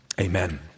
Amen